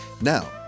Now